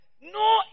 No